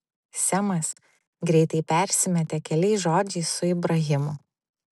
semas greitai persimetė keliais žodžiais su ibrahimu